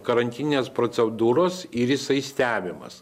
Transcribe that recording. karantininės procedūros ir jisai stebimas